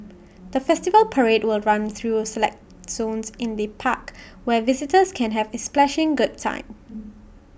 the festival parade will run through select zones in the park where visitors can have A splashing good time